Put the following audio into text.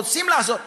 רוצים לעזור,